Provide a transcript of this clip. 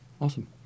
Awesome